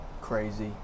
crazy